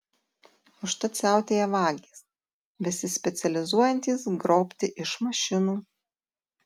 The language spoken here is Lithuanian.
užtat siautėja vagys besispecializuojantys grobti iš mašinų